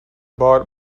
بار